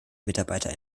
mitarbeiter